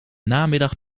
namiddag